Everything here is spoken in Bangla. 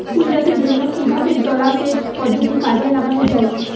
ফুল চাষের জন্য কিভাবে জলাসেচ পদ্ধতি কাজে লাগানো যাই?